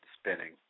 spinning